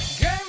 Game